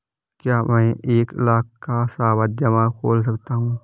क्या मैं एक लाख का सावधि जमा खोल सकता हूँ?